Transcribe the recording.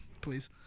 Please